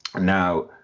Now